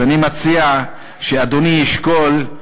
אז אני מציע לאדוני לשקול,